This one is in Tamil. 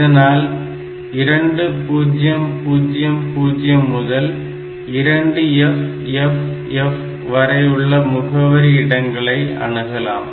இதனால் 2000 முதல் 2FFF வரையுள்ள முகவரி இடங்களை அணுகலாம்